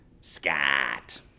Scott